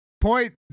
Point